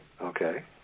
okay